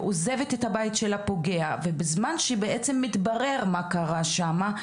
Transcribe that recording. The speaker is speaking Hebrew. והיא עוזבת את הבית של הפוגע ובזמן שבעצם נעשה בירור על מה שקרה שם,